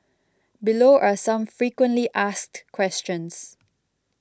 below are some frequently asked questions